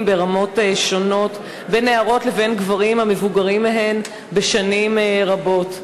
ברמות שונות בין נערות לבין גברים המבוגרים מהן בשנים רבות.